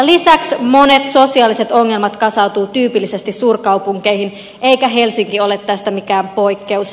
lisäksi monet sosiaaliset ongelmat kasautuvat tyypillisesti suurkaupunkeihin eikä helsinki ole tästä mikään poikkeus